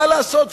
מה לעשות,